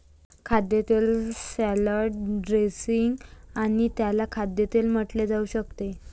खाद्यतेल salad dressing आणि त्याला खाद्यतेल म्हटले जाऊ शकते